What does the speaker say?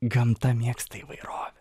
gamta mėgsta įvairovę